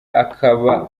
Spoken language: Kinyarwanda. akaba